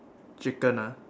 chicken ah